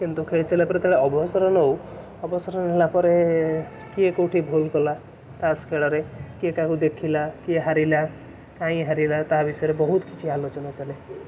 କିନ୍ତୁ ଖେଳି ସାରିବା ପରେ ଯେତେବେଳେ ଅବସର ନଉ ଅବସର ନେଲା ପରେ କିଏ କେଉଁଠି ଭୁଲ୍ କଲା ତାସ୍ ଖେଳରେ କିଏ କାହାକୁ ଦେଖିଲା କିଏ ହାରିଲା କାହିଁ ହାରିଲା ତା ବିଷୟରେ ବହୁତ କିଛି ଆଲୋଚନା ଚାଲେ